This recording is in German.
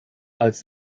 als